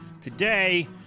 Today